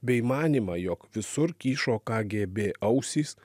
bei manymą jog visur kyšo kgb ausys